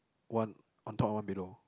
one on top one below